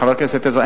חבר הכנסת עזרא,